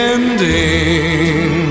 Ending